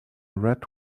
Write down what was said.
red